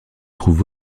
trouve